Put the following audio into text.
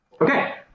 Okay